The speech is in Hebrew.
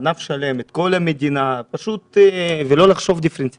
ענף שלם, את כל המדינה, ולא לחשוב דיפרנציאלי.